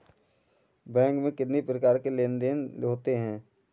Bank में कितनी प्रकार के लेन देन देन होते हैं?